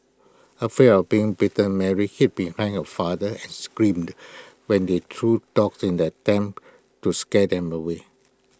afraid of being bitten Mary hid behind her father and screamed when he threw dogs in the attempt to scare them away